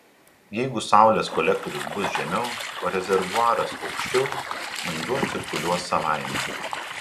jeigu saulės kolektorius bus žemiau o rezervuaras aukščiau vanduo cirkuliuos savaime